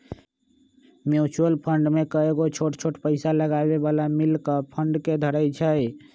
mutual fund में कयगो छोट छोट पइसा लगाबे बला मिल कऽ फंड के धरइ छइ